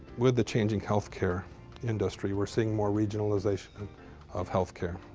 with the changing health care industry, we're seeing more regionalization of health care.